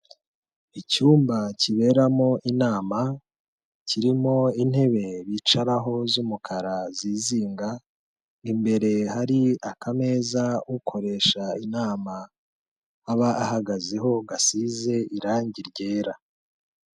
Icyumba kiberamo inama, kirimo intebe bicaraho z'umukara zizinga, imbere hari akameza ukoresha inama aba ahagazeho gasize irangi ryera.